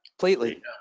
Completely